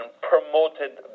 promoted